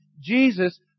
Jesus